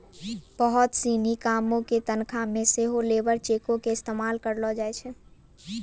बहुते सिनी कामो के तनखा मे सेहो लेबर चेको के इस्तेमाल करलो जाय छै